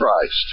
Christ